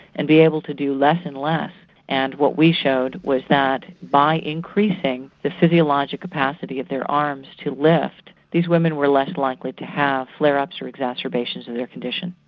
and be able to do less and less and what we showed was that by increasing the physiological capacity of their arms to lift, these women were less likely to have flare-ups or exacerbations of their condition.